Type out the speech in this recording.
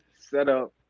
setup